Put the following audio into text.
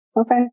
okay